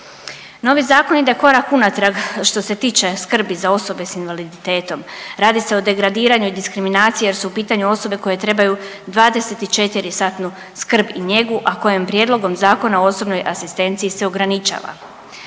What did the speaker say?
Novi zakon ide korak unatrag što se tiče skrbi za osobe sa invaliditetom. Radi se o degradiranju i diskriminaciji jer su u pitanju osove koje trebaju dvadeset i četiri satnu skrb i njegu, a kojem Prijedlogom zakona o osobnoj asistenciji se ograničava.